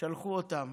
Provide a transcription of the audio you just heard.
שלחו אותם